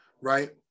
right